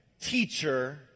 teacher